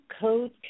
Code